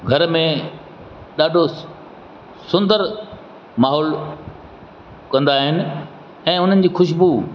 घर में ॾाढो सुंदरु माहौल कंदा आहिनि ऐं उन्हनि जी ख़ुशबू